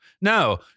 no